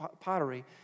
pottery